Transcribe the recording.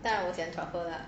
当然我选 truffle lah